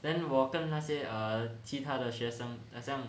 then 我跟那些 err 其他的学生好像